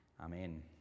Amen